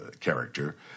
character